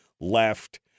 left